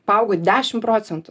paaugo dešim procentų